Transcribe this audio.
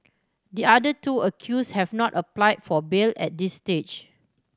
the other two accused have not applied for bail at this stage